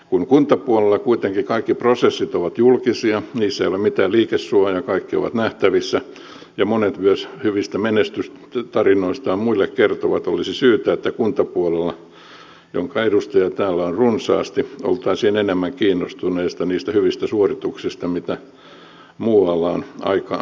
kun kuntapuolella kuitenkin kaikki prosessit ovat julkisia niissä ei ole mitään liikesuojaa kaikki ovat nähtävissä ja monet myös hyvistä menestystarinoistaan muille kertovat olisi syytä että kuntapuolella jonka edustajia täällä on runsaasti oltaisiin enemmän kiinnostuneita niistä hyvistä suorituksista mitä muualla on aikaansaatu